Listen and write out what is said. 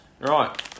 Right